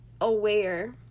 aware